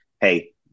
Hey